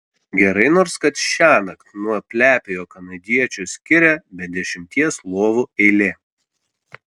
gerai nors kad šiąnakt nuo plepiojo kanadiečio skiria bent dešimties lovų eilė